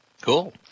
Cool